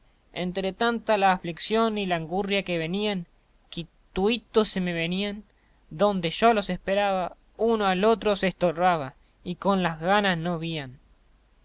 era tanta la aflición y la angurria que venían que tuitos se me venían donde yo los esperaba uno al otro se estorbaba y con las ganas no vían